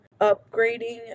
upgrading